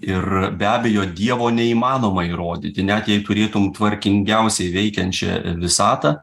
ir be abejo dievo neįmanoma įrodyti net jei turėtum tvarkingiausiai veikiančią visatą